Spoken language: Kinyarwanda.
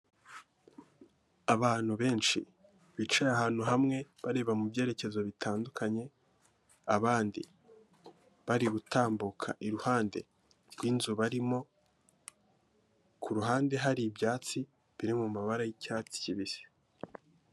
Abantu benshi bicaye ahantu hamwe bareba mubyerekezo bitandukanye, abandi bari gutambuka iruhande rw'inzu barimo, ku ruhande hari ibyatsi biri mu mabara y'icyatsi kibisi.